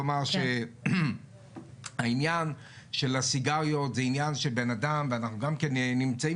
העניין של הסיגריות אנחנו נמצאים